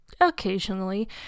occasionally